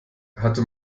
hatte